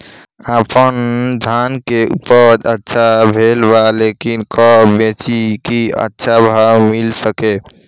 आपनधान के उपज अच्छा भेल बा लेकिन कब बेची कि अच्छा भाव मिल सके?